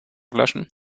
löschen